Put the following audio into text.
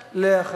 הסתגלות),